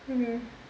mm mm